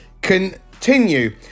continue